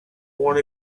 one